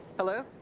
hello?